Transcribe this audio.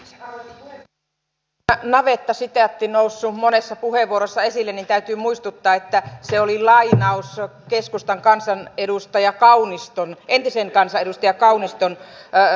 kun täällä on tämä navettasitaatti noussut monessa puheenvuorossa esille niin täytyy muistuttaa että se oli lainaus keskustan entisen kansanedustajan kauniston puheenvuorosta